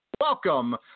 welcome